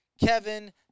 Kevin